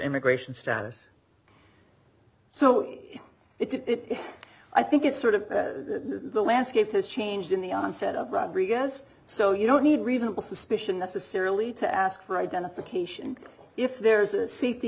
immigration status so it i think it sort of the landscape has changed in the onset of rodriguez so you don't need reasonable suspicion necessarily to ask for identification if there's a